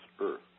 earth